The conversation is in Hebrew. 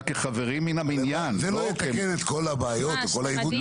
כחברים מן המניין --- זה לא יתקן את כל הבעיות וכל העיוותים,